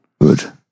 Good